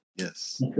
Yes